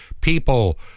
people